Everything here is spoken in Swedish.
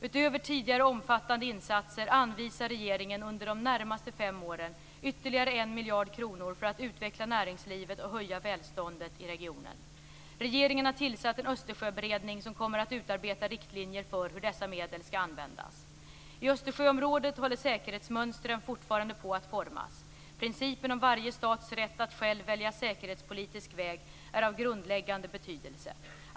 Utöver tidigare omfattande insatser anvisar regeringen under de närmaste fem åren ytterligare 1 miljard kronor för att utveckla näringslivet och höja välståndet i regionen. Regeringen har tillsatt en Östersjöberedning som kommer att utarbeta riktlinjer för hur dessa medel skall användas. I Östersjöområdet håller säkerhetsmönstren fortfarande på att formas. Principen om varje stats rätt att själv välja säkerhetspolitisk väg är av grundläggande betydelse.